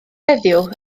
heddiw